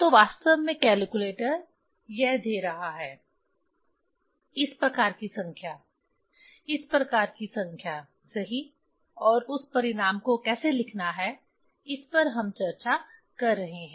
तो वास्तव में कैलकुलेटर यह दे रहा था इस प्रकार की संख्या इस प्रकार की संख्या सही और उस परिणाम को कैसे लिखना है इस पर हम चर्चा कर रहे हैं